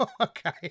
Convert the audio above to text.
Okay